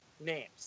names